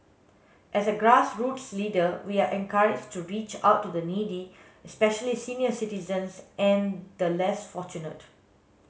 as a grassroots leader we are encouraged to reach out to the needy especially senior citizens and the less fortunate